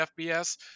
FBS